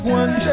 one